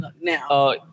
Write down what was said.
Now